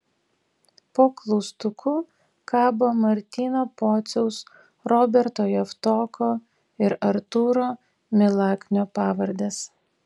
po klaustuku kabo martyno pociaus roberto javtoko ir artūro milaknio pavardės